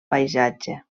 paisatge